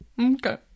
Okay